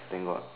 thank God